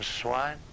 swine